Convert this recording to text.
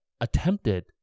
attempted